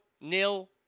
nil